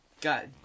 God